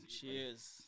Cheers